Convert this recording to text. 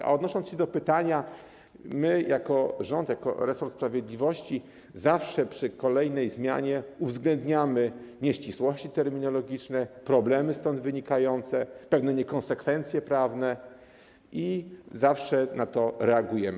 A odnosząc się do pytania: my jako rząd, jako resort sprawiedliwości, zawsze przy kolejnej zmianie uwzględniamy nieścisłości terminologiczne, problemy stąd wynikające, pewne niekonsekwencje prawne i zawsze na to reagujemy.